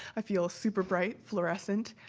i feel super bright, fluorescent.